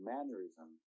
Mannerism